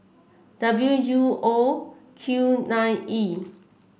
W U O Q nine E